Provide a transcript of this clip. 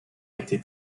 été